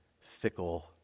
fickle